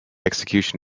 execution